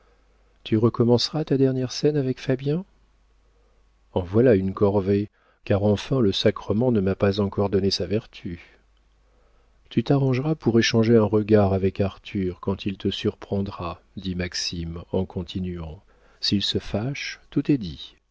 tu recommenceras ta dernière scène avec fabien en voilà une corvée car enfin le sacrement ne m'a pas encore donné sa vertu tu t'arrangeras pour échanger un regard avec arthur quand il te surprendra dit maxime en continuant s'il se fâche tout est dit